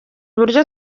uburyo